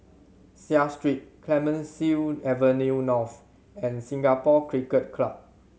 Seah Street Clemenceau Avenue North and Singapore Cricket Club